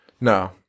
No